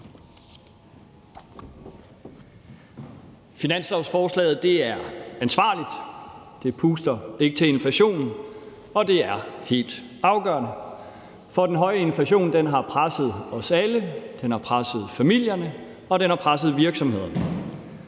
Finanslovsforslaget er ansvarligt, det puster ikke til inflationen, og det er helt afgørende, for den høje inflation har presset os alle, den har presset familierne, og den har presset virksomhederne.